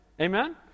Amen